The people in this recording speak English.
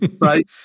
right